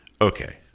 okay